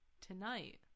tonight